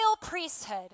priesthood